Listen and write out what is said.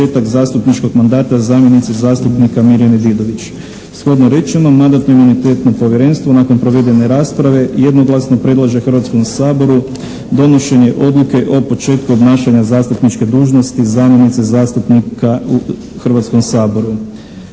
rečenom Mandatno-imunitetno povjerenstvo nakon provedene rasprave jednoglasno predlaže Hrvatskom saboru donošenje odluke o početku obnašanja zastupničke dužnosti zamjenice zastupnika